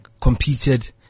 competed